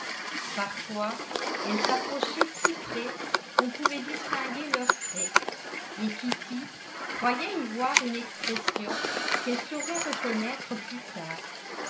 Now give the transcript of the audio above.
parfois elles s'approchaient si près qu'on pouvait distinguer leurs traits et kitty croyait y voir une expression qu'elle saurait reconnaître plus tard